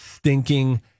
Stinking